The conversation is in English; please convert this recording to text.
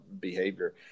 behavior